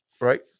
right